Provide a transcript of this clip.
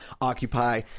occupy